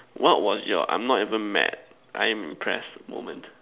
what was your I'm not even mad I'm impressed moment